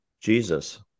Jesus